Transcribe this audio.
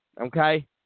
okay